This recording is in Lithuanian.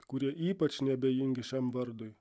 kurie ypač neabejingi šiam vardui